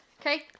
Okay